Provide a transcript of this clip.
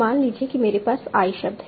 मान लीजिए कि मेरे पास i शब्द है